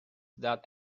that